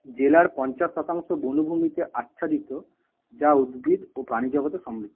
জেলার পঞ্চাশ শতাংশ বনভূমিতে আচ্ছাদিত যা উদ্ভিদ ও প্রাণীজগতে সমৃদ্ধ